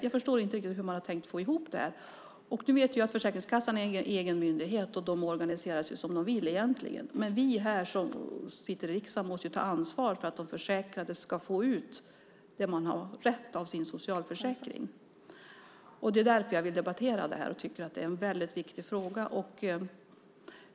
Jag förstår inte riktigt hur man har tänkt få ihop det. Jag vet att Försäkringskassan är en egen myndighet. De organiserar sig som de vill egentligen. Men vi som sitter i riksdagen måste ju ta ansvar för att de försäkrade ska få ut det de har rätt till av sin socialförsäkring. Det är därför jag vill debattera det här och tycker att det är en väldigt viktig fråga.